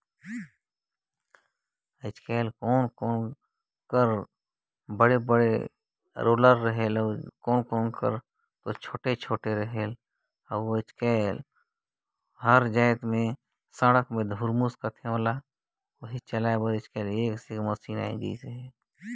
कोनो किसम के रोलर हर नानकुन रथे त कोनो हर बड़खा असन होथे